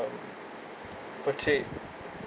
um purchase